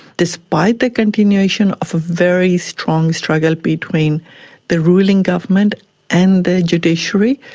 despite the continuation of a very strong struggle between the ruling government and the judiciary,